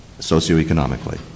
socioeconomically